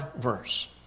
verse